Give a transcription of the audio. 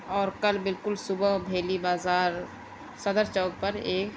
اور کل بالکل صبح بھیلی بازار صدر چوک پر ایک